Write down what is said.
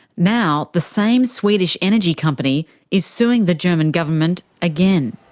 now the same swedish energy company is suing the german government again.